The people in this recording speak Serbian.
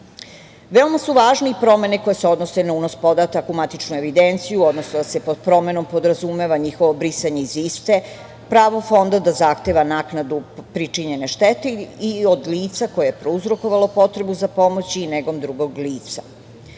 su važne i promene koje se odnose na unos podataka u matičnu evidenciju, odnosno da se pod promenom podrazumeva njihovo brisanje iz ste, pravo Fonda da zahteva naknadu pričinjene štete i od lica koje je prouzrokovalo potrebu za pomoći i negom drugog lica.